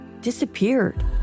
disappeared